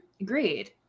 Agreed